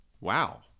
Wow